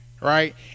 right